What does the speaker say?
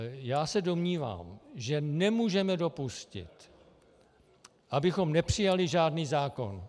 Já se domnívám, že nemůžeme dopustit, abychom nepřijali žádný zákon.